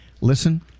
Listen